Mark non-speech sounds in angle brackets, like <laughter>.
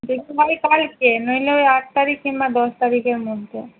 <unintelligible> হয় কালকে নইলে ওই আট তারিখ কিংবা দশ তারিখের মধ্যে